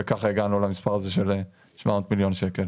וכך הגענו למספר הזה של ה-700 מיליון שקלים.